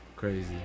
crazy